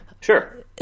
Sure